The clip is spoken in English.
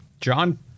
John